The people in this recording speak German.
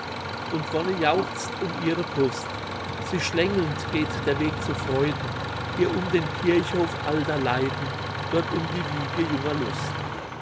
und wonne jauchzt um ihre brust sich schlängelnd geht der weg zu freuden hier um den kirchhof alter leiden dort um die wiege junger lust